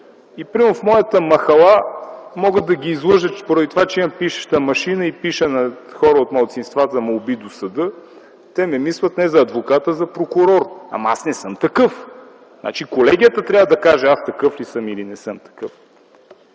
И, примерно, в моята махала мога да ги излъжа поради това, че имам пишеща машина и пиша на хората от малцинствата молби до съда, те ме мислят не за адвокат, а за прокурор. Но аз не съм такъв. Значи колегията трябва да каже аз такъв ли съм или не съм такъв.